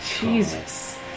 Jesus